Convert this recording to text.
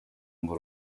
ngo